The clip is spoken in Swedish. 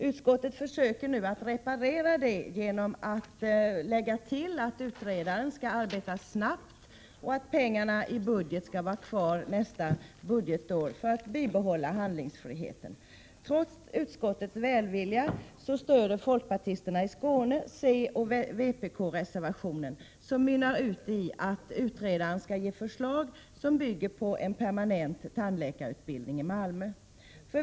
Utskottet försöker nu reparera detta genom att tillägga att utredaren skall arbeta snabbt och att pengarna i budgeten skall vara kvar nästa budgetår för att handlingsfriheten skall bibehållas. Trots utskottets välvilja stöder folkpartisterna i Skåne den gemensamma centeroch vpk-reservationen 3, som mynnar ut i att utredaren skall lämna förslag om en permanent framtida lokalisering av tandläkarutbildning till Malmö.